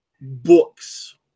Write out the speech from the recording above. books